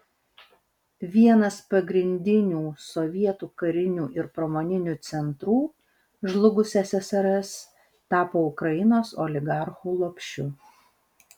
vienas pagrindinių sovietų karinių ir pramoninių centrų žlugus ssrs tapo ukrainos oligarchų lopšiu